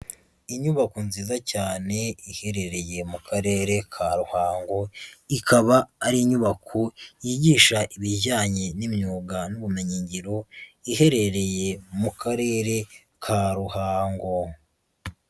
Inyubako nziza cyane iherereye mu karere ka Ruhango, ikaba ari inyubako yigisha ibijyanye n'imyuga n'ubumenyi ngiro, iherereye mu karere ka Ruhango.